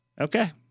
Okay